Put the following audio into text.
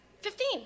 Fifteen